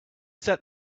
set